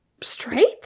straight